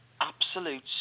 absolute